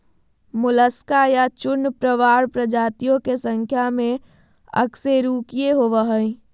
Mollusca या चूर्णप्रावार प्रजातियों के संख्या में अकशेरूकीय होबो हइ